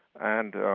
and